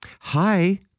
Hi